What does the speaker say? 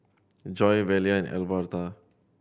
Joi Velia and Alverta